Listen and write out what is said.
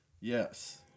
Yes